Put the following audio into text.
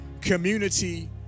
community